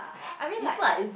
I mean like